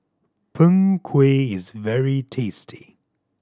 Png Kueh is very tasty